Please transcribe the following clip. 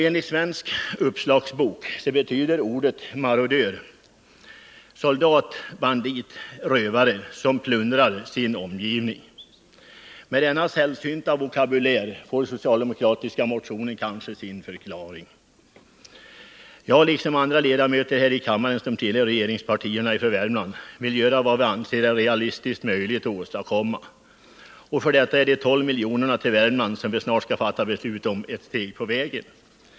Enligt Svensk Uppslagsbok betyder ordet marodör soldat, bandit, rövare som plundrar sin omgivning. Med denna sällsynta vokabulär får den socialdemokratiska motionen kanske sin förklaring. Jag liksom andra ledamöter från Värmland här i kammaren, som tillhör regeringspartierna, vill göra vad vi anser är realistiskt möjligt att åstadkomma. För detta är de 12 miljonerna till Värmland, som vi snart skall fatta beslut om, ett steg på vägen.